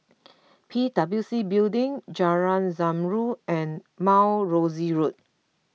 P W C Building Jalan Zamrud and Mount Rosie Road